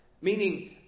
meaning